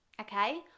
Okay